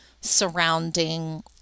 surrounding